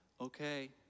Okay